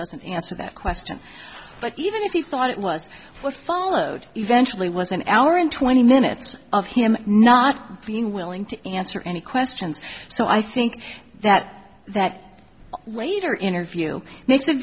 doesn't answer that question but even if he thought it was what followed eventually was an hour and twenty minutes of him not being willing to answer any questions so i think that that waiter interview